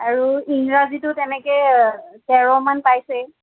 আৰু ইংৰাজীটো তেনেকৈ তেৰ মান পাইছে